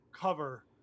cover